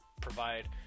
Provide